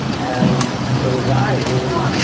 and it was i who